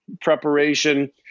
preparation